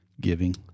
giving